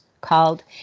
called